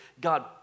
God